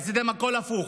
עשיתם הכול הפוך.